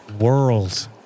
world